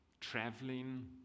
traveling